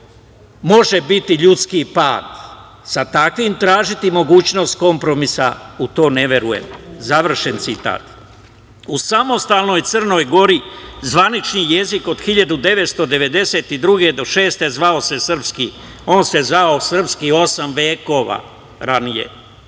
može biti ljudski pad. Sa takvim tražiti mogućnost kompromisa, u to ne verujem.“ Završen citat.U samostalnoj Crnoj Gori zvanični jezik od 1992. godine do 2006. godine zvao se srpski jezik. On se zvao srpski osam vekova ranije. Poznato